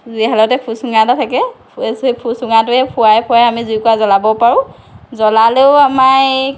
জুই শালতে ফুচুঙা এটা থাকে সেই ফুচুঙাটোৱে ফুৱাই ফুৱাই আমি জুইকোৰা জ্বলাব পাৰোঁ জ্বলালেও আমাৰ